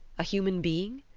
a human being?